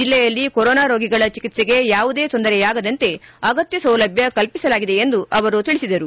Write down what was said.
ಜಿಲ್ಲೆಯಲ್ಲಿ ಕೊರೋನಾ ರೋಗಿಗಳ ಚಿಕಿತ್ಸೆಗೆ ಯಾವುದೇ ತೊಂದರೆಯಾಗದಂತೆ ಅಗತ್ಯ ಸೌಲಭ್ಯ ಕಲ್ಪಿಸಲಾಗಿದೆ ಎಂದು ಅವರು ಹೇಳಿದರು